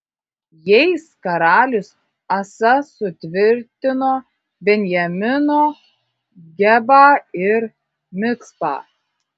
jais karalius asa sutvirtino benjamino gebą ir micpą